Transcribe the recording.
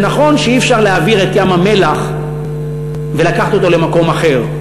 זה נכון שאי-אפשר להעביר את ים-המלח ולקחת אותו למקום אחר.